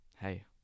hey